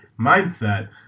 mindset